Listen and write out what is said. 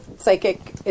psychic